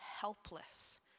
helpless